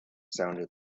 sounded